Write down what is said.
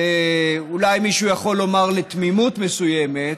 ואולי מישהו יכול לומר: לתמימות מסוימת,